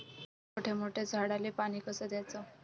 मोठ्या मोठ्या झाडांले पानी कस द्याचं?